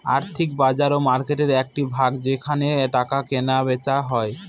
আর্থিক বাজার মার্কেটের একটি ভাগ যেখানে টাকা কেনা বেচা হয়